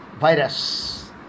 virus